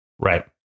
Right